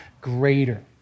greater